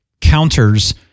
counters